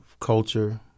culture